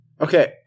okay